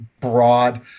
broad